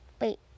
Wait